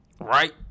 right